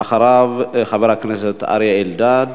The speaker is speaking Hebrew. ואחריו, חבר הכנסת אריה אלדד.